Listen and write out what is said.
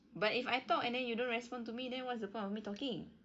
but if I talk and then you don't respond to me then what's the point of me talking